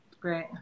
Great